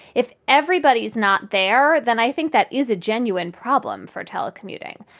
if everybody's not there, then i think that is a genuine problem for telecommuting.